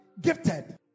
gifted